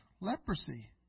Leprosy